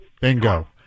bingo